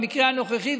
במקרה הנוכחי,